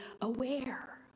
aware